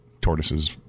tortoises